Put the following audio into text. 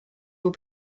will